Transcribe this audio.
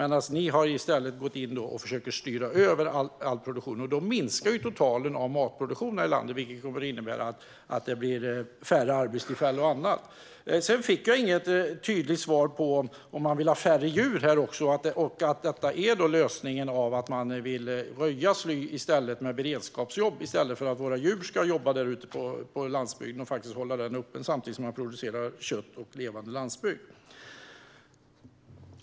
Ni försöker i stället styra över all produktion. Då minskar den totala matproduktionen i landet. Det kommer bland annat att innebära färre arbetstillfällen. Jag fick inget tydligt svar på om ni vill ha färre djur och att lösningen är att röja sly med hjälp av beredskapsjobb i stället för att våra djur ska hålla landsbygden öppen samtidigt som man producerar kött och har en levande landsbygd.